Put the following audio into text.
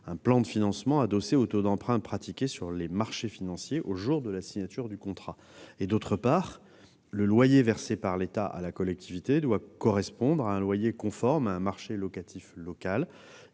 un plan de financement adossé aux taux d'emprunts pratiqués sur les marchés financiers au jour de la signature du contrat ; d'autre part, le loyer versé par l'État à la collectivité doit correspondre à un loyer conforme à un marché locatif local.